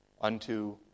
unto